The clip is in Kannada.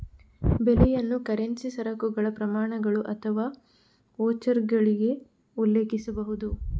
ಬೆಲೆಯನ್ನು ಕರೆನ್ಸಿ, ಸರಕುಗಳ ಪ್ರಮಾಣಗಳು ಅಥವಾ ವೋಚರ್ಗಳಿಗೆ ಉಲ್ಲೇಖಿಸಬಹುದು